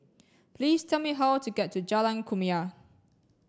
please tell me how to get to Jalan Kumia